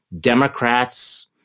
Democrats